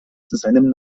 seinen